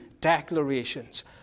declarations